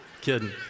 Kidding